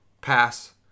pass